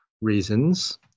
reasons